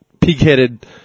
pig-headed